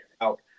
out